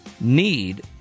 need